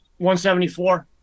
174